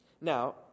Now